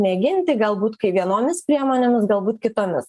mėginti galbūt kai vienomis priemonėmis galbūt kitomis